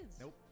Nope